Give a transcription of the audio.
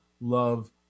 love